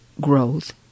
growth